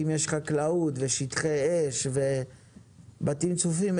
אם יש חקלאות ושטחי אש ובתים צפופים,